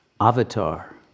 avatar